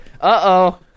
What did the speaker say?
Uh-oh